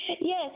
Yes